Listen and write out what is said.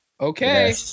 Okay